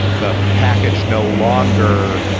the package no longer